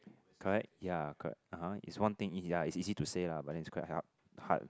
correct ya correct ah ha is one thing ya is easy to say lah but then quite is hard